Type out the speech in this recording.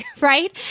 right